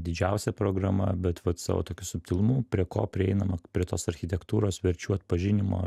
didžiausia programa bet vat savo tokiu subtilumu prie ko prieinama prie tos architektūros verčių atpažinimo